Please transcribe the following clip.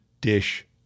dish